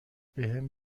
بهم